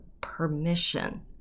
permission